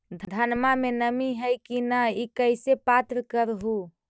धनमा मे नमी है की न ई कैसे पात्र कर हू?